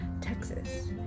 Texas